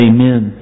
Amen